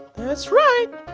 that's right!